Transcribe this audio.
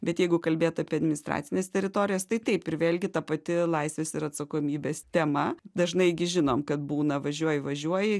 bet jeigu kalbėt apie administracines teritorijas tai taip ir vėlgi ta pati laisvės ir atsakomybės tema dažnai gi žinom kad būna važiuoji važiuoji